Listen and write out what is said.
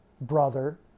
brother